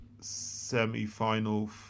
semi-final